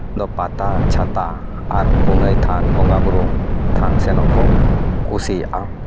ᱫᱚ ᱯᱟᱛᱟ ᱪᱷᱟᱛᱟ ᱟᱨ ᱯᱩᱱᱟᱹᱭ ᱛᱷᱟᱱ ᱵᱚᱸᱜᱟ ᱵᱩᱨᱩ ᱛᱷᱟᱱ ᱥᱮᱱᱚᱜ ᱠᱚ ᱠᱩᱥᱤᱭᱟᱜᱼᱟ